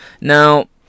Now